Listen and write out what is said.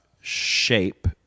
Shape